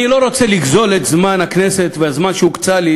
אני לא רוצה לגזול את זמן הכנסת והזמן שהוקצה לי